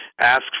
ask